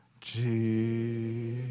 Jesus